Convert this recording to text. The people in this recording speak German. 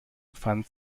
pfand